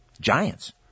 giants